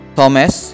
Thomas